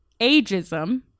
ageism